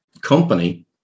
company